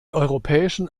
europäischen